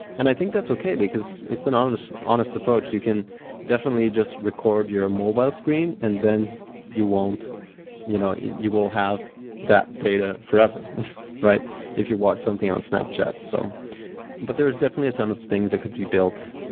and i think that's okay because it's an honest honest approach. you can definitely just record your mobile screen and then you won't you know you will have that data forever if if you want something on snapchat. so but there is definitely a ton of things that could be built,